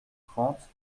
trente